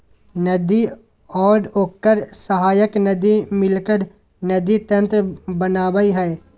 नदी और ओकर सहायक नदी मिलकर नदी तंत्र बनावय हइ